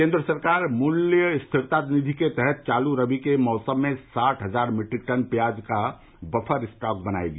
केन्द्र सरकार मूल्य स्थिरता निधि के तहत चालू रबी के मौसम में साठ हजार मीट्रिक टन प्याज का बफर स्टॉक बनाएगी